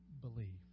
believe